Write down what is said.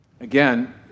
Again